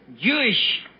Jewish